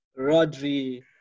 Rodri